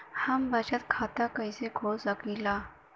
हम बचत खाता कईसे खोल सकिला?